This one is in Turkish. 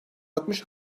altmış